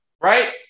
right